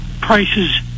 prices